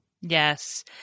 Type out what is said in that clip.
Yes